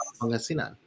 Pangasinan